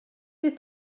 fydd